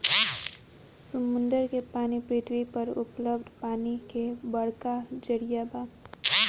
समुंदर के पानी पृथ्वी पर उपलब्ध पानी के बड़का जरिया बा